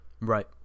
Right